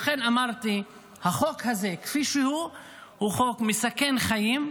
לכן אמרתי שהחוק הזה כפי שהוא הוא חוק מסכן חיים,